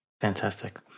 Fantastic